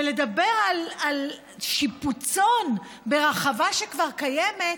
ולדבר על שיפוצון ברחבה שכבר קיימת,